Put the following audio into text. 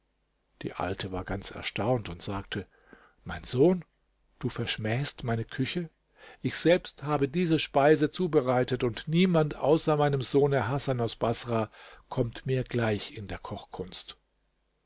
die alte war ganz erstaunt und sagte mein sohn du verschmähst meine küche ich selbst habe diese speise zubereitet und niemand außer meinem sohne hasan aus baßrah kommt mir gleich in der kochkunst